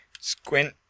squint